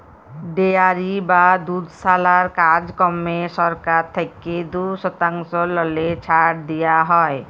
dairy বা দুধশালার কাজকম্মে সরকার থ্যাইকে দু শতাংশ ললে ছাড় দিয়া হ্যয়